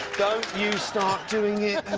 don't you start doing it!